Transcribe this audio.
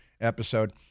episode